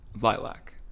lilac